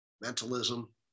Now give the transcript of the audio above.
mentalism